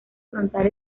frontal